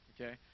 okay